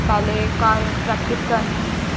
पैह्ले घर प्रैक्टिस करनी